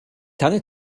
tanne